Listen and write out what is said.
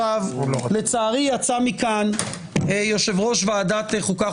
לצערי יצא מכאן יושב-ראש ועדת החוקה,